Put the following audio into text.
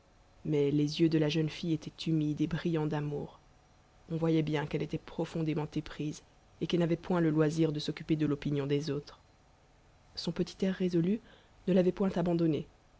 mais les yeux de la jeune fille étaient humides et brillants d'amour on voyait bien qu'elle était profondément éprise et qu'elle n'avait point le loisir de s'occuper de l'opinion des autres son petit air résolu ne l'avait point abandonnée